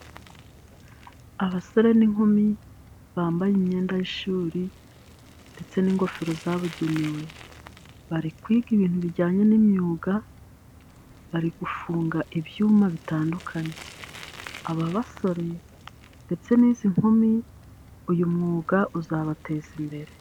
Abasore n'inkumi bambaye imyenda y'ishuri ndetse n'ingofero zabugenewe, bari kwiga ibintu bijyanye n'imyuga, bari gufunga ibyuma bitandukanye. Aba basore ndetse n'izi nkumi uyu mwuga uzabateza imbere.